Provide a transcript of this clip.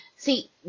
See